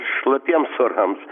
šlapiems orams